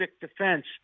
defense